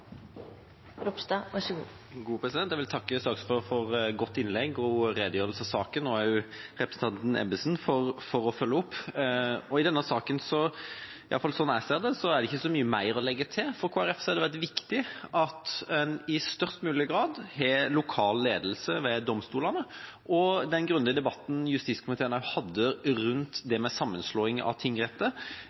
Jeg vil takke saksordføreren for et godt innlegg og en god redegjørelse om saken – og representanten Ebbesen for å følge opp. I denne saken – i hvert fall slik jeg ser det – er det ikke så mye mer å legge til. For Kristelig Folkeparti har det vært viktig at en i størst mulig grad har lokal ledelse ved domstolene. Den grundige debatten justiskomiteen hadde rundt det med sammenslåing av